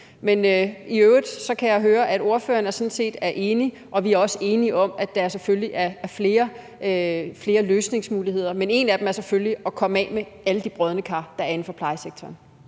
kan i øvrigt høre, at ordføreren sådan set er enig, og vi er også enige om, at der selvfølgelig er flere løsningsmuligheder. Men en af dem er selvfølgelig at komme af med alle de brodne kar, der er inden for plejesektoren